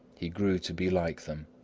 he grew to be like them.